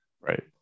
Right